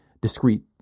discrete